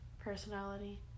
personality